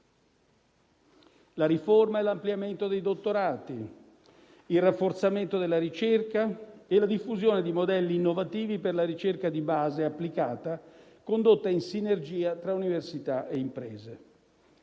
la riforma e l'ampliamento dei dottorati, il rafforzamento della ricerca e la diffusione di modelli innovativi per la ricerca di base e applicata, condotta in sinergia tra università e imprese,